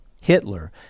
Hitler